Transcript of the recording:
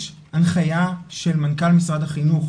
יש הנחייה של מנכ"ל משרד החינוך,